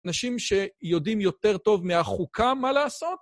נשים שיודעים יותר טוב מהחוקה מה לעשות?